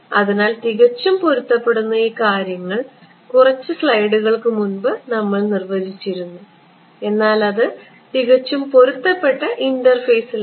അതിനാൽ തികച്ചും പൊരുത്തപ്പെടുന്ന ഈ കാര്യങ്ങൾ കുറച്ച് സ്ലൈഡുകൾക്ക് മുൻപ് നമ്മൾ നിർവചിച്ചിരുന്നു എന്നാൽ അത് തികച്ചും പൊരുത്തപ്പെട്ട ഇന്റർഫേസിലായിരുന്നു